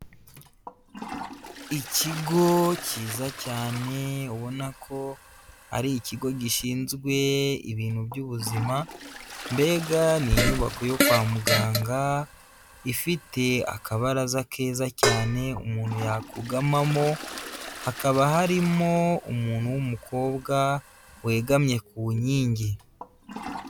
Ikigo cyiza cyane ubona ko ari ikigo gishinzwe ibintu by'ubuzima, mbega n'inyubako yo kwa muganga ifite akabaraza keza cyane umuntu yakugamamo, hakaba harimo umuntu w'umukobwa wegamye ku nkingi.